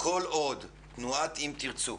כל עוד תנועת "אם תרצו"